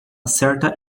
certa